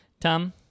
tom